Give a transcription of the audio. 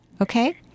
Okay